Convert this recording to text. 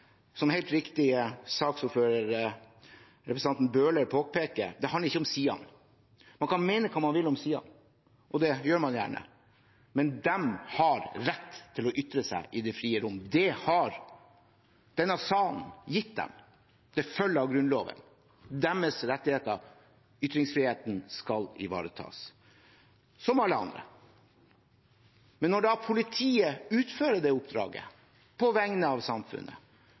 om SIAN. Man kan mene hva man vil om SIAN, og det gjør man gjerne. Men de har rett til å ytre seg i det frie rom. Det har denne salen gitt dem. Det følger av Grunnloven. Deres rettigheter, ytringsfriheten, skal ivaretas, som alle andres, men når da politiet utfører det oppdraget på vegne av samfunnet,